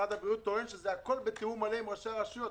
משרד הבריאות טוען שהכול נעשה בתיאום מלא עם ראשי הרשויות,